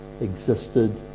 existed